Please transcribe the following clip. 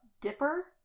Dipper